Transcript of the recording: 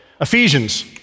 Ephesians